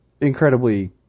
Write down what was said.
incredibly